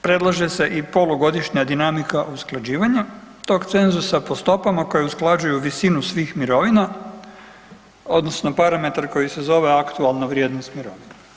Predlaže se i polugodišnja dinamika usklađivanja tog cenzusa po stopama koji usklađuju visinu svih mirovina, odnosno parametar koji se zove aktualna vrijednost mirovine.